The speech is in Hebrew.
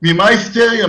ממה ההיסטריה?